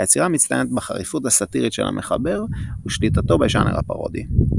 היצירה מצטיינת בחריפות הסאטירית של המחבר ושליטתו בז'אנר הפרודי.